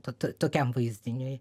ta tokiam vaizdiniui